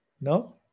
No